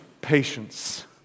patience